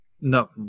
no